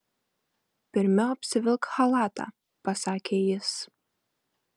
pirmiau apsivilk chalatą pasakė jis